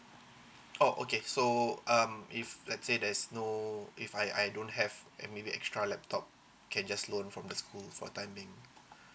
oh okay so um if let's say there's no if I I don't have any extra laptop can just loan from the school for the time being